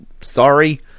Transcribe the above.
sorry